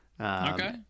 Okay